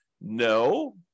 no